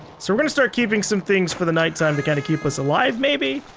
so we're going to start keeping some things for the night time to kind of keep us alive maybe?